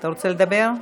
אתה רוצה לדבר?